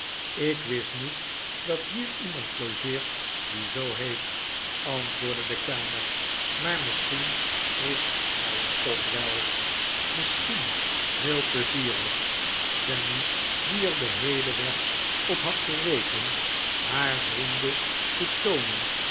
ik wist niet dat hier iemand logeert die zoo heet antwoordde de kellner maar misschien is hij er toch wel misschien heel pleizierig fanny die er den heelen weg op had gerekend haar vrienden te toonen